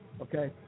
Okay